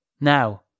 Now